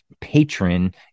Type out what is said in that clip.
patron